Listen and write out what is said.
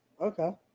okay